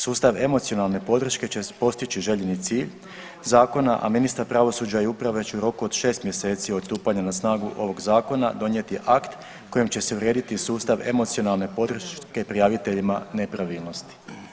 Sustav emocionalne podrške će postići željeni cilj zakona, a ministar pravosuđa i uprave će u roku od 6 mjeseci od stupanja na snagu ovog zakona donijeti akt kojim će se urediti sustav emocionalne podrške prijaviteljima nepravilnosti.